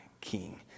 king